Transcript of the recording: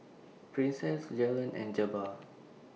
Princess Jalen and Jabbar